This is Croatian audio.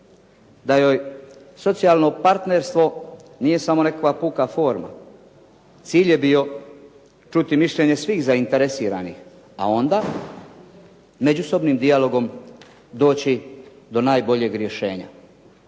da joj socijalno partnerstvo nije samo nekakva puka forma. Cilj je bio čuti mišljenje svih zainteresiranih, a onda međusobnih dijalogom doći od najboljeg rješenja.